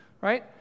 Right